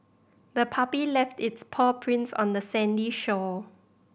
the puppy left its paw prints on the sandy shore